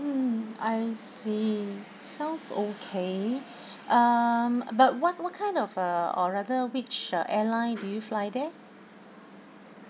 mm I see sounds okay um but what what kind of uh or rather which airline do you fly there